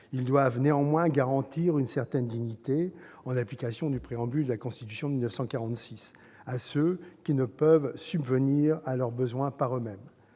Ils doivent néanmoins garantir une certaine dignité, en application du préambule de la Constitution de 1946, à ceux qui ne peuvent subvenir à leurs besoins par eux-mêmes.